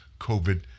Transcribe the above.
COVID